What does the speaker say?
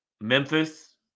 Memphis